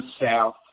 South